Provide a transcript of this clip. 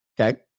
Okay